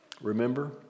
Remember